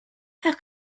how